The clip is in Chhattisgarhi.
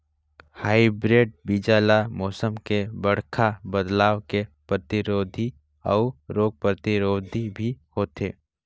हाइब्रिड बीज ल मौसम में बड़खा बदलाव के प्रतिरोधी अऊ रोग प्रतिरोधी भी होथे